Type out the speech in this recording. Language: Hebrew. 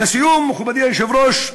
לסיום, מכובדי היושב-ראש,